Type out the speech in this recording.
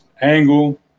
angle